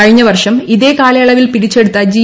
കഴിഞ്ഞ വർഷം ഇതേ കാലയളവിൽ പിരിച്ചെടുത്ത ജി